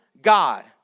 God